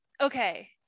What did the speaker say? okay